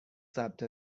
ثبت